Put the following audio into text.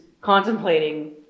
contemplating